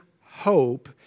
hope